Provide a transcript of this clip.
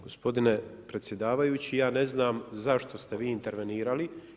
Gospodine predsjedavajući, ja ne znam zašto ste vi intervenirali.